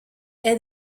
est